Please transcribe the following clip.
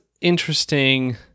interesting